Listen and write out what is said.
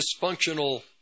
dysfunctional